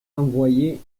envoyées